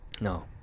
no